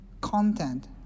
content